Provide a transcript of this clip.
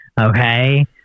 Okay